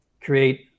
create